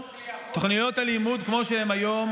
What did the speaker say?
תוכניות הלימוד כמו שהן היום,